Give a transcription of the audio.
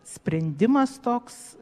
sprendimas toks